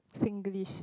Singlish